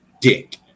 dick